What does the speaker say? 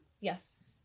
Yes